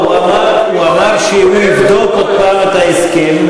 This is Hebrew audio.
הוא אמר שהוא יבדוק עוד הפעם את ההסכם,